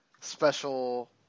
special